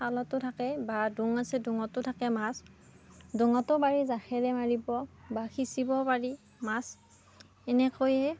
খালটো থাকে বা ডোং আছে ডোঙতো থাকে মাছ ডোঙটো পাৰি জাখেৰে মাৰিব বা সিচিব পাৰি মাছ এনেকৈয়ে